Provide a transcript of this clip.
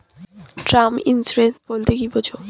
Term insurance বলতে কী বোঝায়?